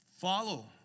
follow